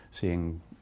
seeing